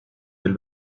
del